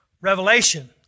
Revelation